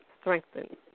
strengthened